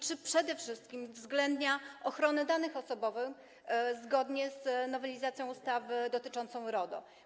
Czy przede wszystkim uwzględnia ochronę danych osobowych zgodnie z nowelizacją ustawy dotyczącą RODO?